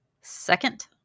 Second